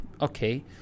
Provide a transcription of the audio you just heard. okay